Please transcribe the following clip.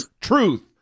truth